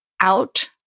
out